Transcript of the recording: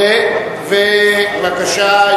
בבקשה,